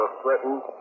threatened